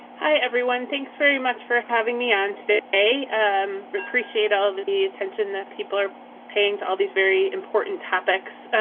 hi, everyone. thanks very much for having me on today. um appreciate all the attention that people are paying to all these very important topics.